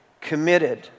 committed